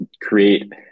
create